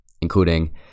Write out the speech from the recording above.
including